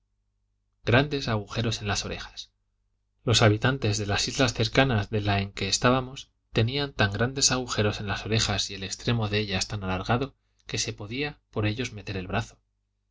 grandes agujeros en las orejas los habitantes de las islas cercanas de la en que estábamos tenían tan grandes agujeros en las orejas y el extremo de ellas tan alargado que se podía por ellos meter el brazo